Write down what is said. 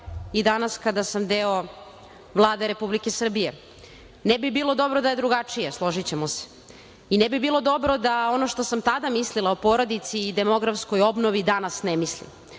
i danas kada sam deo Vlade Republike Srbije. Ne bi bilo dobro da je drugačije, složićemo se. I ne bi bilo dobro ono što sam tada mislila o porodici i demografskoj obnovi, danas ne mislim.